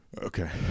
Okay